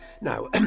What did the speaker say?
Now